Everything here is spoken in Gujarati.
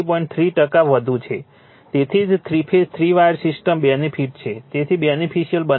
3 ટકા વધુ છે તેથી જ થ્રી ફેઝ થ્રી વાયરમાં બેનિફિટ છે જે બેનિફિશિયલ બનાવે છે